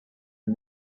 and